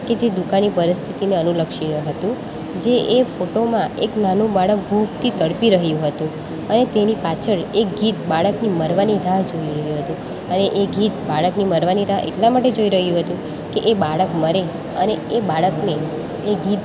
કે જે દુકાનની પરિસ્થિતિને અનુલક્ષીને હતું જે એ ફોટોમાં એક નાનું બાળક ભૂખથી તડપી રહ્યું હતું અને તેની પાછળ એક ગીધ બાળકની મરવાની રાહ જોઈ રહ્યું હતું અને એ ગીધ બાળકની મરવાની રાહ એટલા માટે જોઈ રહ્યું હતું કે એ બાળક મરે અને એ બાળકને એ ગીધ